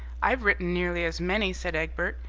i've written nearly as many, said egbert,